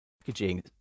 packaging